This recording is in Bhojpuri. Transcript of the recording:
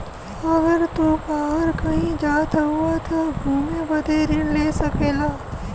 अगर तू बाहर कही जात हउआ त घुमे बदे ऋण ले सकेला